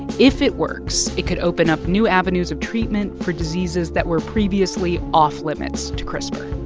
if it works, it could open up new avenues of treatment for diseases that were previously off-limits to crispr